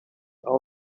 all